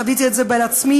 וחוויתי את זה בעצמי.